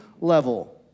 level